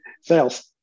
Sales